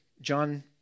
John